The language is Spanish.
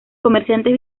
comerciantes